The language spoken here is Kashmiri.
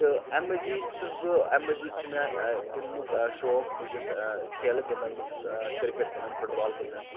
تہٕ اَمہِ مٔزیٖد چھُس بہٕ اَمہِ مٔزیٖد چھُ مےٚ گِنٛدنُک شوق بہٕ چھُس کھیلہٕ گِنٛدان بہٕ چھُس کِرکٹ گِنٛدان فُٹ بال گِنٛدان